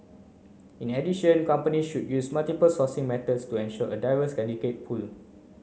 in addition companies should use multiple sourcing methods to ensure a diverse candidate pool